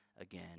again